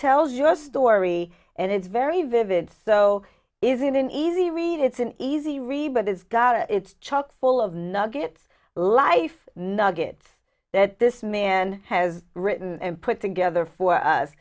tells us dory and it's very vivid so is it an easy read it's an easy read but it's got it's chock full of nuggets life nuggets that this man has written and put together for us